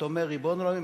אתה אומר: ריבון העולמים,